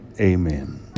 amen